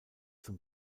zum